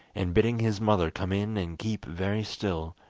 and bidding his mother come in and keep very still,